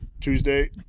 Tuesday